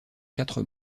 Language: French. quatre